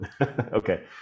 Okay